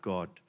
God